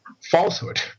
falsehood